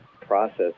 process